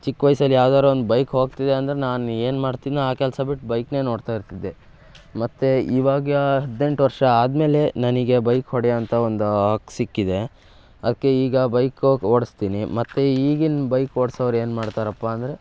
ಚಿಕ್ಕ ವಯ್ಸಲ್ಲಿ ಯಾವ್ದಾದ್ರು ಒಂದು ಬೈಕ್ ಹೋಗ್ತಿದೆ ಅಂದರೆ ನಾನು ಏನು ಮಾಡ್ತಿದ್ನೋ ಆ ಕೆಲಸ ಬಿಟ್ಟು ಬೈಕನ್ನೇ ನೋಡ್ತಾ ಇರ್ತಿದ್ದೆ ಮತ್ತು ಇವಾಗ ಹದಿನೆಂಟು ವರ್ಷ ಆದಮೇಲೆ ನನಗೆ ಬೈಕ್ ಹೊಡೆಯುವಂಥ ಒಂದು ಸಿಕ್ಕಿದೆ ಅದಕ್ಕೆ ಈಗ ಬೈಕ್ ಓಡಿಸ್ತೀನಿ ಮತ್ತು ಈಗಿನ ಬೈಕ್ ಓಡ್ಸೋರು ಏನು ಮಾಡ್ತಾರಪ್ಪಾ ಅಂದರೆ